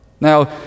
Now